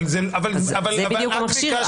אבל את ביקשת עכשיו --- זה בדיוק המכשיר.